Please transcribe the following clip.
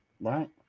Right